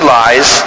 lies